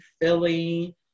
Philly